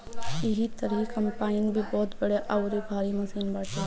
एही तरही कम्पाईन भी बहुते बड़ अउरी भारी मशीन बाटे